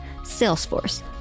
Salesforce